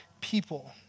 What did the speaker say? people